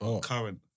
current